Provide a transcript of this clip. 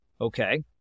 Okay